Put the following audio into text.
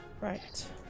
Right